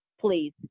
please